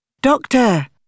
Doctor